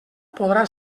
podrà